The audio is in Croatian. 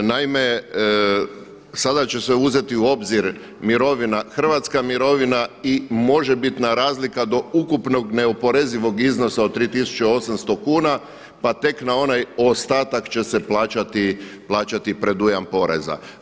Naime, sada će se uzeti u obzir hrvatska mirovina i možebitna razlika od ukupnog neoporezivog iznosa od 3,800 kuna pa tek na onaj ostatak će se plaćati predujam poreza.